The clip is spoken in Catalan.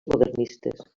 modernistes